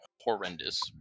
horrendous